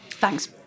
Thanks